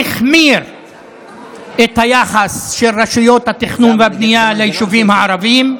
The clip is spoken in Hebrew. החמיר את היחס של רשויות התכנון והבנייה ליישובים הערביים,